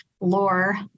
lore